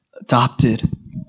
adopted